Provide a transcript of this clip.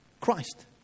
Christ